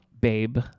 Babe